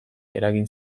eragin